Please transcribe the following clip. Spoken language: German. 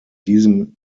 diesem